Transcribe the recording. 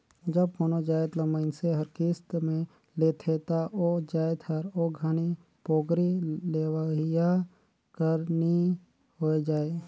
जब कोनो जाएत ल मइनसे हर किस्त में लेथे ता ओ जाएत हर ओ घनी पोगरी लेहोइया कर नी होए जाए